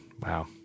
wow